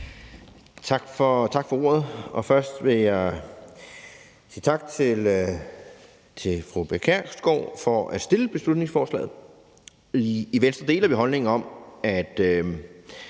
Tak for ordet. Først vil jeg sige tak til fru Pia Kjærsgaard for at fremsætte beslutningsforslaget. I Venstre deler vi holdningen om, at